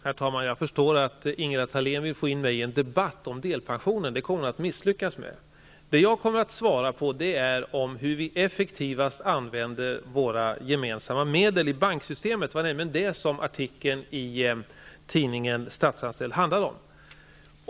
Herr talman! Jag förstår att Ingela Thalén vill få in mig i en debatt om delpensionerna. Det kommer hon att misslyckas med. Det jag kommer att svara på är hur vi effektivast hanterar våra gemensamma medel i banksystemet. Det var nämligen det artikeln i tidningen Statsanställd handlade om.